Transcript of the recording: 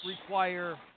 require